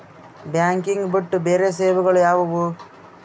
Banking ಬಿಟ್ಟು ಬೇರೆ ಸೇವೆಗಳು ಯಾವುವು?